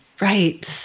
right